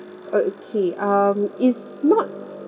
oh okay um it's not